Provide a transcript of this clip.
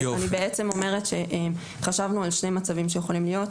אני אומרת שחשבנו על שני מצבים שיכולים להיות,